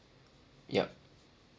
yup